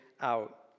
out